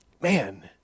man